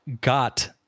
got